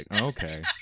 Okay